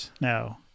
no